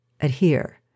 adhere